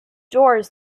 doors